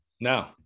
no